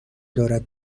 دارد